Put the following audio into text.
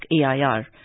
AIR